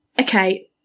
okay